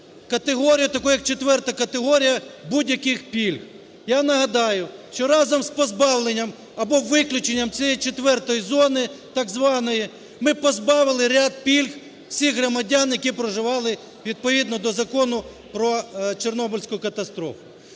категорію таку, як четверта категорія, будь-яких пільг. Я нагадаю, що разом з позбавленням або виключенням цієї четвертої зони так званої, ми позбавили ряд пільг всіх громадян, які проживали відповідно до Закону про Чорнобильську катастрофу.